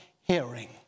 hearing